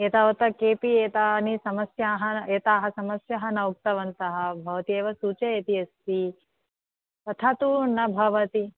एतावता केपि एतानि समस्याः एताः समस्याः न उक्तवन्तः भवती एव सूचयन्ती अस्ति तथा तु न भवति